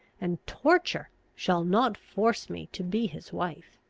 and torture shall not force me to be his wife.